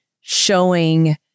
showing